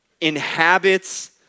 Inhabits